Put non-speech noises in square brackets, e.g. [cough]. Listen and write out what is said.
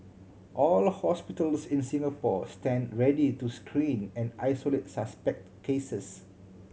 all [unintelligible] hospitals in Singapore stand ready to screen and isolate suspect cases